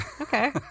Okay